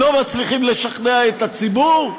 לא מצליחים לשכנע את הציבור?